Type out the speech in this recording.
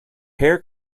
hair